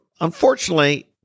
unfortunately